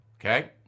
okay